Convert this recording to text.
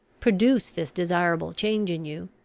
produce this desirable change in you,